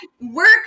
work